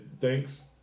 thanks